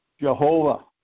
Jehovah